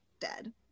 dead